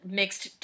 mixed